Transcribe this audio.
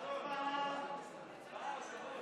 אוקיי, חברים, אנחנו, הצבעה.